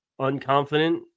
unconfident